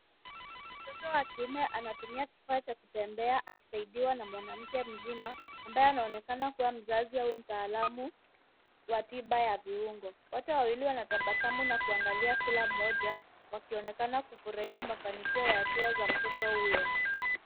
Mtoto wa kiume anatumia kifaa cha kutembea akisaidiwa na mwanamke mzima ambaye anaonekana kuwa mzazi au mtaalamu wa tiba ya viungo. Wote wawili wanatabasamu na kuangaliana kila mmoja wakionekana kufurahia mafanikio ya hatua za mtoto huyo.